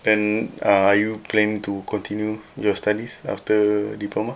then are you planning to continue your studies after diploma